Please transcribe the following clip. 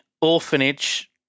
orphanage